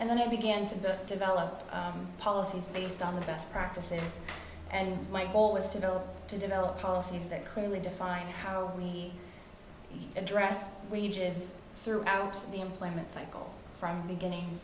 and then i began to develop policies based on the best practices and my goal was to go to develop policies that clearly define how we address wages throughout the employment cycle from beginning